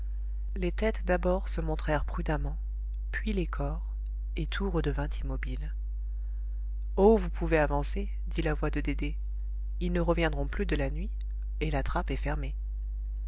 les têtes d'abord se montrèrent prudemment puis les corps et tout redevint immobile oh vous pouvez avancer dit la voix de dédé ils ne reviendront plus de la nuit et la trappe est fermée